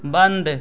बंद